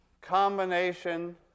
combination